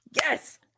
Yes